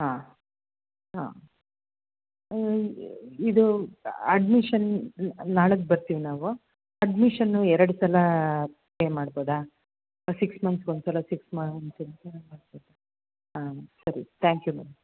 ಹಾಂ ಹಾಂ ಇದು ಅಡ್ಮಿಶನ್ ನಾಳದ್ದು ಬರ್ತೀವಿ ನಾವು ಅಡ್ಮಿಶನ್ನು ಎರಡು ಸಲ ಪೇ ಮಾಡ್ಬೋದಾ ಸಿಕ್ಸ್ ಮಂತ್ಸ್ಗೆ ಒಂದು ಸಲ ಸಿಕ್ಸ್ ಮಂತ್ ಹಾಂ ಸರಿ ಥ್ಯಾಂಕ್ ಯು ಮ್ಯಾಮ್